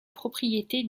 propriété